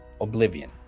oblivion